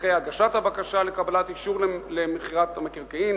דרכי הגשת הבקשה לקבלת אישור למכירת המקרקעין,